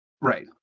Right